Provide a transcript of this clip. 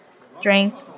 strength